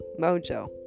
mojo